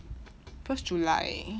first july